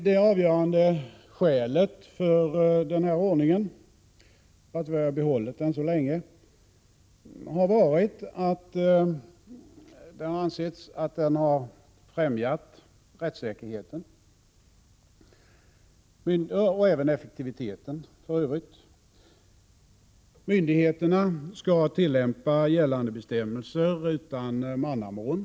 Det avgörande skälet för att vi behållit denna ordning så länge har varit att den har ansetts främja rättssäkerheten och även effektiviteten. Myndigheter — Prot. 1986/87:122 na skall tillämpa gällande bestämmelser utan mannamån.